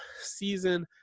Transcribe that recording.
season